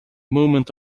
movement